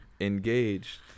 engaged